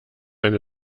eine